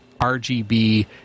RGB